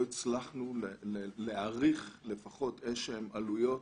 הצלחנו להעריך לפחות איזה שהן עלויות